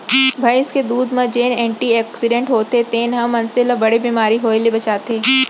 भईंस के दूद म जेन एंटी आक्सीडेंट्स होथे तेन ह मनसे ल बड़े बेमारी होय ले बचाथे